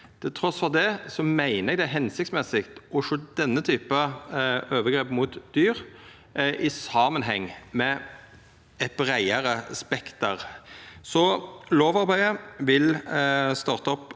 Trass i det meiner eg det er hensiktsmessig å sjå denne typen overgrep mot dyr i eit breiare spekter. Lovarbeidet vil starta opp